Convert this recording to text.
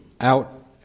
out